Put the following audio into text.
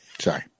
Sorry